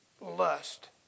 lust